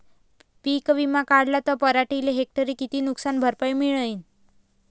पीक विमा काढला त पराटीले हेक्टरी किती नुकसान भरपाई मिळीनं?